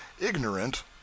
ignorant